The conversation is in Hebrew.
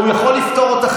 הוא יכול לפטור אותך,